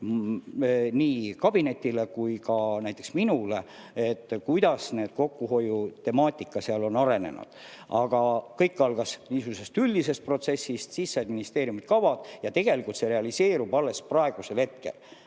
nii kabinetile kui ka näiteks minule, kuidas kokkuhoiutemaatika on arenenud. Kõik algas niisugusest üldisest protsessist, siis said ministeeriumid kava ja tegelikult see realiseerub alles praegu, ka